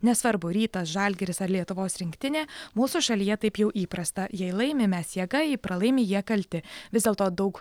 nesvarbu rytas žalgiris ar lietuvos rinktinė mūsų šalyje taip jau įprasta jei laimi mes jėga jei pralaimi jie kalti vis dėlto daug